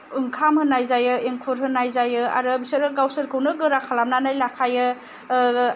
ओंखाम होनाय जायो एंखुर होनाय जायो आरो बिसोरो गावसोरखौनो गोरा खालामनानै लाखायो